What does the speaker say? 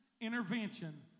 intervention